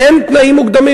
אין תנאים מוקדמים.